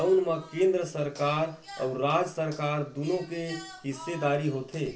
तउन म केंद्र सरकार अउ राज सरकार दुनो के हिस्सेदारी होथे